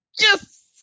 Yes